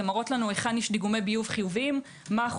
הן מראות לנו היכן יש דיגומי ביוב חיוביים,